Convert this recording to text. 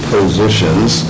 Positions